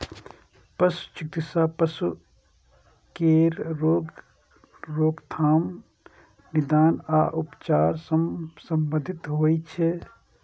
पशु चिकित्सा पशु केर रोगक रोकथाम, निदान आ उपचार सं संबंधित होइ छै